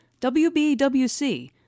WBWC